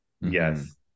Yes